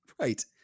Right